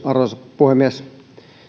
arvoisa puhemies